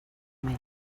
més